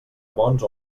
bons